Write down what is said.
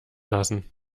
lassen